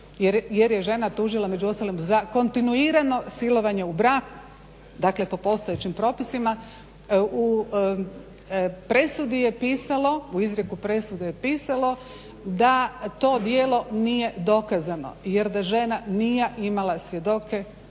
jer je žena tužila između ostalog za kontinuirano silovanje u braku dakle po postojećim propisima u presudi je pisalo u izrijeku presude je pisalo da to djelo nije dokazano jer da žena nije imala svjedoke